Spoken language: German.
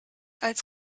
als